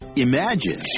Imagine